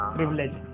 Privilege